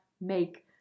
make